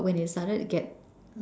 but when it started to get